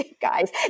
Guys